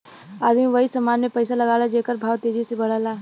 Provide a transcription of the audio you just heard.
आदमी वही समान मे पइसा लगावला जेकर भाव तेजी से बढ़ला